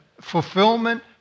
fulfillment